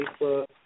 Facebook